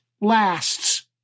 lasts